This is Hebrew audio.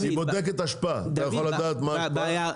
אתה יכול לדעת מה ההשפעה?